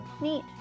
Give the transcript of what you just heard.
Neat